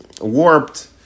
warped